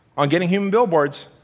on getting human billboards,